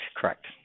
correct